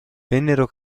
vennero